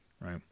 right